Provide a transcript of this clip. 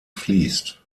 fliesst